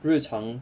日常